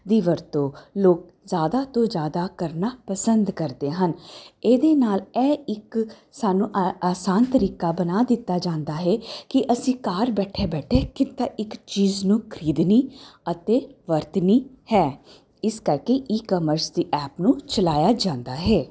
ਦੀ ਵਰਤੋਂ ਲੋਕ ਜ਼ਿਆਦਾ ਤੋਂ ਜ਼ਿਆਦਾ ਕਰਨਾ ਪਸੰਦ ਕਰਦੇ ਹਨ ਇਹਦੇ ਨਾਲ ਇਹ ਇੱਕ ਸਾਨੂੰ ਆ ਆਸਾਨ ਤਰੀਕਾ ਬਣਾ ਦਿੱਤਾ ਜਾਂਦਾ ਹੈ ਕਿ ਅਸੀਂ ਘਰ ਬੈਠੇ ਬੈਠੇ ਕਿੱਦਾਂ ਇੱਕ ਚੀਜ਼ ਨੂੰ ਖਰੀਦਣੀ ਅਤੇ ਵਰਤਣੀ ਹੈ ਇਸ ਕਰਕੇ ਈਕਮਰਸ ਦੀ ਐਪ ਨੂੰ ਚਲਾਇਆ ਜਾਂਦਾ ਹੈ